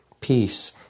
Peace